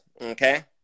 okay